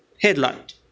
headlight